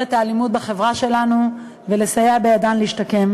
את האלימות בחברה שלנו ולסייע בידן להשתקם.